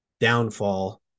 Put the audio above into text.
downfall